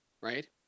Right